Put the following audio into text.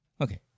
Okay